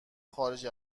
خارج